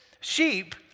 sheep